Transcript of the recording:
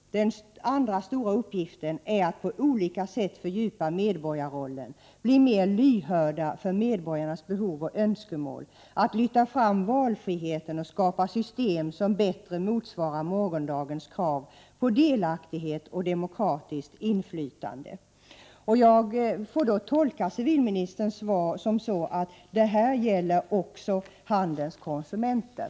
1988/89:122 ”Den andra stora uppgiften är att på olika sätt fördjupa medborgarrollen, att bli mer lyhörda för medborgarnas behov och önskemål, att lyfta fram valfriheten och skapa system som bättre motsvarar morgondagens krav på delaktighet och demokratiskt inflytande.” Jag får tolka civilministerns svar så att detta också gäller handelns konsumenter.